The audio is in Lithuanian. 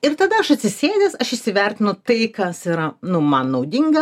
ir tada aš atsisėdęs aš įsivertinu tai kas yra nu man naudinga